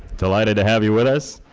delighted to have you with us.